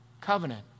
covenant